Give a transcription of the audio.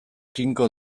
tinko